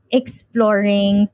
exploring